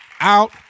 Out